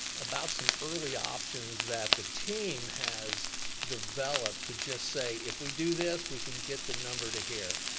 about some early options that the team has developed to just say, if we do this, we can get the number to here.